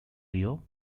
leo